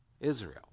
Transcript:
Israel